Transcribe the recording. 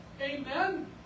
Amen